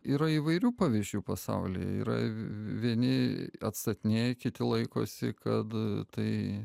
yra įvairių pavyzdžių pasaulyje yra vieni atstatinėja kiti laikosi kad tai